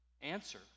answer